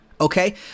Okay